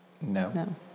No